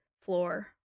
floor